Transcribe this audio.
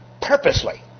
purposely